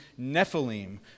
Nephilim